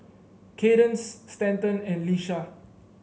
Kaydence Stanton and Leisha